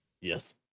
Yes